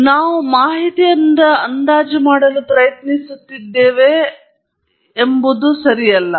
ಮೂಲದಿಂದ ನಾವು ಮಾಹಿತಿಯಿಂದ ಅಂದಾಜು ಮಾಡಲು ಪ್ರಯತ್ನಿಸುತ್ತಿದ್ದೇವೆ ಎಂಬುದು ಅಜ್ಞಾತವಾಗಿದೆ